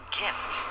gift